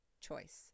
choice